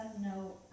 no